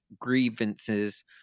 grievances